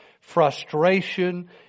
frustration